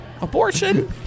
abortion